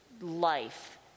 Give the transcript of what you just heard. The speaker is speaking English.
life